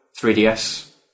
3DS